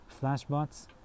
Flashbots